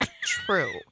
True